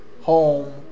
home